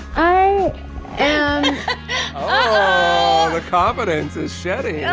i am ah the confidence is shedding yeah